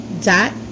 dot